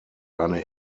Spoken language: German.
eine